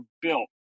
built